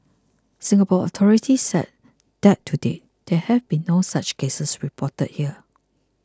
Singapore authorities said that to date there have been no such cases reported here